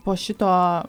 po šito